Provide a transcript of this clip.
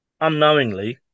unknowingly